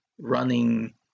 running